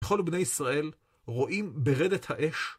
כל בני ישראל רואים ברדת האש.